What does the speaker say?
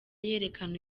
yerekana